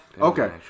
Okay